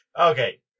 Okay